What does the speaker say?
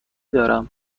دارم